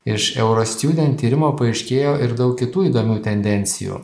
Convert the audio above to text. iš euro situdent tyrimo paaiškėjo ir daug kitų įdomių tendencijų